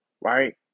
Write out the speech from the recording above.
right